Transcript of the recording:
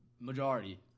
Majority